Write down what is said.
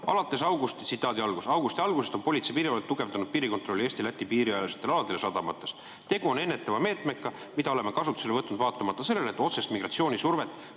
ma tsiteerin: "Augusti algusest on politsei ja piirivalve tugevdanud piirikontrolli Eesti ja Läti piiriäärsetel aladel ja sadamates. Tegu on ennetava meetmega, mida oleme kasutusele võtnud, vaatamata sellele, et otsest migratsioonisurvet